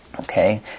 Okay